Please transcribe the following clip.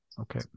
Okay